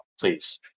please